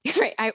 right